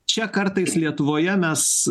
čia kartais lietuvoje mes